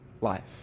life